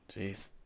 Jeez